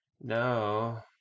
No